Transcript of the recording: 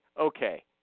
okay